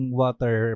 water